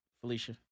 Felicia